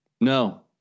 No